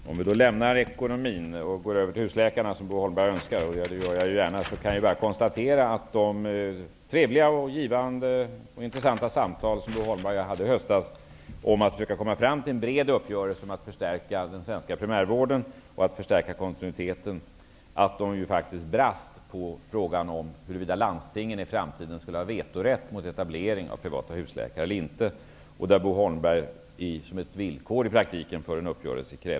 Herr talman! Om vi då lämnar ekonomin och går över till husläkarna, som Bo Holmberg önskar och jag gärna gör, vill jag konstatera att de trevliga och givande och intressanta samtal som Bo Holmberg och jag hade i höstas om att försöka komma fram till en bred uppgörelse om att förstärka den svenska primärvården och kontinuiteten faktiskt brast på frågan om huruvida landstingen i framtiden skulle ha vetorätt mot etablering av privata husläkare. Bo Holmberg krävde i praktiken detta som ett villkor för en uppgörelse.